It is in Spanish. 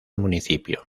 municipio